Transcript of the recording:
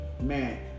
man